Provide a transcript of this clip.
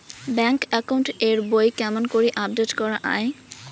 Bank account এর বই কেমন করি আপডেট করা য়ায়?